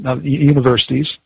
universities